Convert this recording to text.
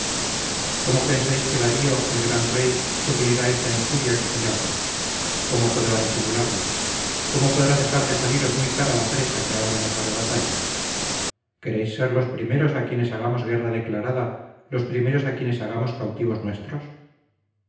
cómo pensáis que darío el gran rey sufrirá esta injuria que se le hace cómo podrá disimularla cómo podrá dejar de saliros muy cara la presa que ahora nos arrebatáis queréis ser los primeros a quienes hagamos guerra declarada los primeros a quienes hagamos cautivos nuestros